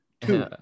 Two